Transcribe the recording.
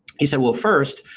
he said, well first,